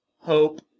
hope